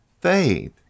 faith